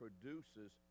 produces